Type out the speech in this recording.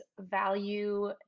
value